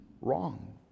wrong